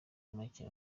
macye